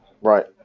Right